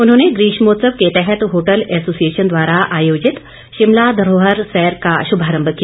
उन्होंने ग्रीष्मोत्सव के तहत होटल एसोसिएशन द्वारा आयोजित शिमला धरोहर सैर का शुभारंभ किया